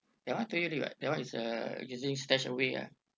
that one told you already [what] that one is uh using stashaway ah